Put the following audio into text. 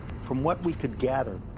from what we could gather,